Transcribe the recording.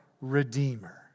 Redeemer